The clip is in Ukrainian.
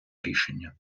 рішення